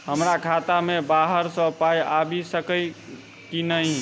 हमरा खाता मे बाहर सऽ पाई आबि सकइय की नहि?